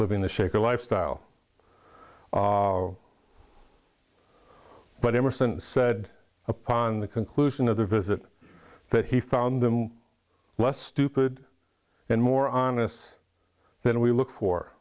living to shake a lifestyle but emerson said upon the conclusion of their visit that he found them less stupid and more honest than we looked for